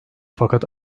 fakat